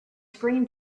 screen